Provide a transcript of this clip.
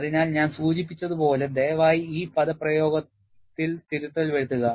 അതിനാൽ ഞാൻ സൂചിപ്പിച്ചതുപോലെ ദയവായി ഈ പദപ്രയോഗത്തിൽ തിരുത്തൽ വരുത്തുക